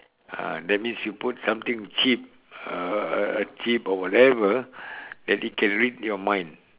ah that means you put something chip a a a chip or whatever that it can read your mind